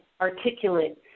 articulate